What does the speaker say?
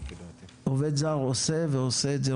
עובד זר עושה ועושה את זה,